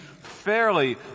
fairly